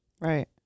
Right